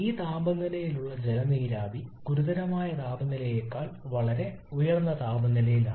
ഈ താപനിലയിലുള്ള ജല നീരാവി ഗുരുതരമായ താപനിലയേക്കാൾ വളരെ ഉയർന്ന താപനിലയിലാണ്